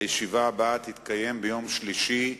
הישיבה הבאה תתקיים מחר, יום שלישי,